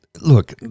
look